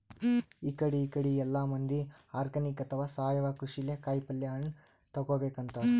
ಇಕಡಿ ಇಕಡಿ ಎಲ್ಲಾ ಮಂದಿ ಆರ್ಗಾನಿಕ್ ಅಥವಾ ಸಾವಯವ ಕೃಷಿಲೇ ಕಾಯಿಪಲ್ಯ ಹಣ್ಣ್ ತಗೋಬೇಕ್ ಅಂತಾರ್